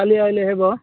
କାଲି ଆଇଲେ ହେବ